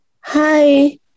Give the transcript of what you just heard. Hi